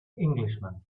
englishman